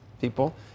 people